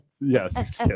yes